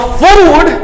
food